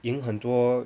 赢很多